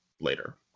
later